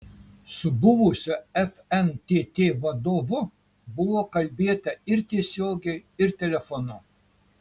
su buvusiu fntt vadovu buvo kalbėta ir tiesiogiai ir telefonu